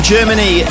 Germany